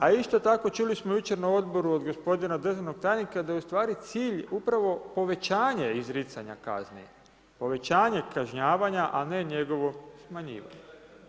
A isto tako čuli smo jučer na Odboru od gospodina državnog tajnika da ustvari cilj upravo povećanje izricanja kazni, povećanje kažnjavanja a ne njegovo smanjivanje.